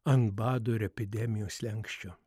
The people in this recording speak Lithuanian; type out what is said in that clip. ant bado ir epidemijos slenksčio